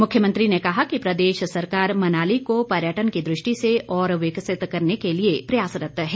मुख्यमंत्री ने कहा कि प्रदेश सरकार मनाली को पर्यटन की दृष्टि से और विकसित करने के लिए प्रयासरत है